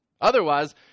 Otherwise